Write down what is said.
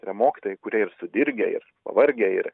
yra mokytojai kurie ir sudirgę ir pavargę ir